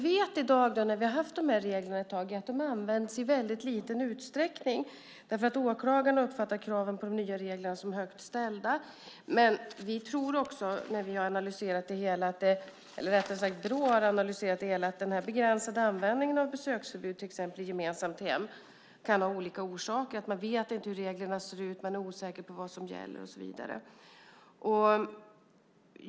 Nu har vi haft de här reglerna ett tag, och det vi vet är att de används i väldigt liten utsträckning. Åklagarna uppfattar kraven på de nya reglerna som högt ställda. Brå har analyserat det hela, och vi tror att den här begränsade användningen av besöksförbudet, till exempel i gemensamt hem, kan ha olika orsaker. Man vet inte hur reglerna ser ut, man är osäker på vad som gäller och så vidare.